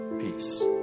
peace